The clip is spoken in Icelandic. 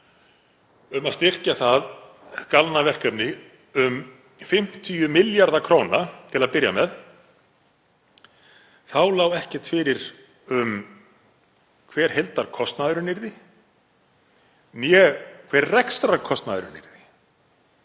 um að styrkja það galna verkefni um 50 milljarða kr. til að byrja með, þá lá ekkert fyrir um hver heildarkostnaðurinn yrði né rekstrarkostnaðurinn.